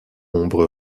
ombre